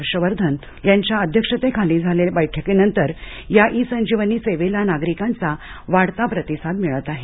हर्ष वर्धन यांच्या अध्यक्षतेखाली झालेल्या बैठकीनंतर या ई संजीवनी सेवेला नागरिकांचा वाढता प्रतिसाद मिळत आहे